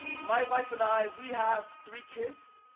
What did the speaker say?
my wife and i, we have three kids.